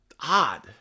odd